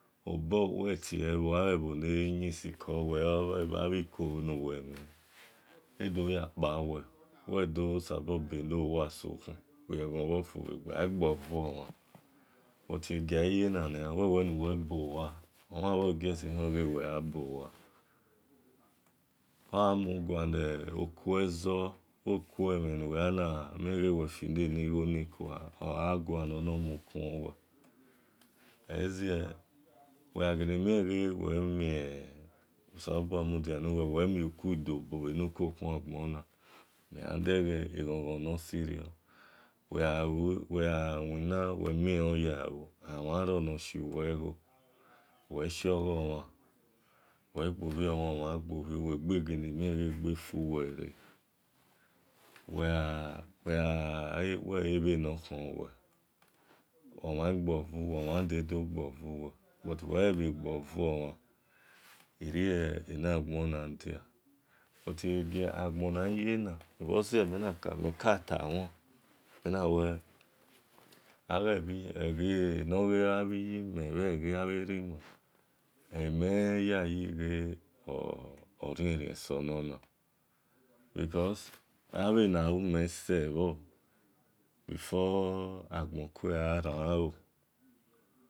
Moho wetie le oghebho leyin sikowe abhikolu nawenhon edoyakpawe-we dosabohenowa sokhun bheghonghon bhofubhegbe aegbovomhan eghiaghiye nania uwewenuwe bowa omhan just hon we honowe bowe-oghan gualezobhokhuemhon nowe yan yefde kua oghualor bonormukuon we-olezie uweghe gelenie osalobuam udia nuwe wemiekuedobo benukhua gbon memhandghe ghonghon no sirio we ghawina wemienyalu omhanro noshuwegho we shiogho uhan wegbobhiomhan omhangbowe wegelamien ebefuwere weghale we he bhenokhon we owan gbouu we but we bhe gbouomhan irienagbonadia but agbonaghiyena menkatawan eghenor gha bhiyimen bhabhe rimen ohemen yayighe orien rien sonona because abhe nahumen sebhor before mekue gharao